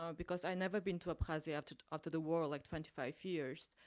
um because i never been to abkhazia after after the war, like twenty five years,